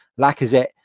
Lacazette